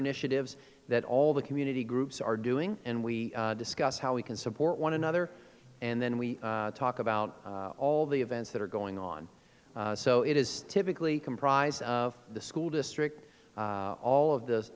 initiatives that all the community groups are doing and we discuss how we can support one another and then we talk about all the events that are going on so it is typically comprised of the school district all of th